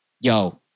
yo